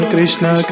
Krishna